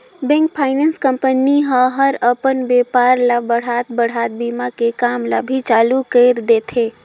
bank, finance company ह हर अपन बेपार ल बढ़ात बढ़ात बीमा के काम ल भी चालू कइर देथे